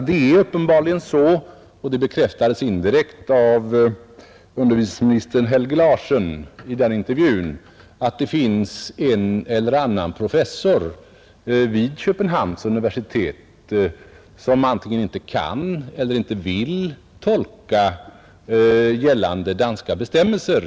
Det är uppenbarligen så — detta bekräftades indirekt av undervisningsminister Helge Larsen vid intervjun — att det finns en eller annan professor vid Köpenhamns universitet som antingen inte kan eller inte vill rätt tolka gällande danska bestämmelser.